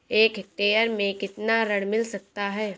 एक हेक्टेयर में कितना ऋण मिल सकता है?